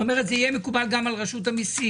כלומר זה יהיה מקובל גם על רשות המיסים.